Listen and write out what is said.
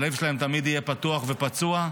הלב שלהם תמיד יהיה פתוח ופצוע,